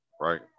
right